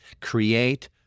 create